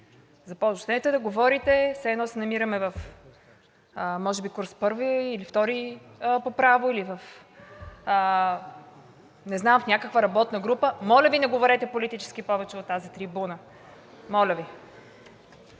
Започнете да говорите все едно се намираме може би в курс първи или втори по право, или не знам – в някаква работна група. Моля Ви, не говорете политически повече от тази трибуна. Моля Ви!